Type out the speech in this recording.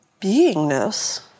beingness